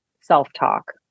self-talk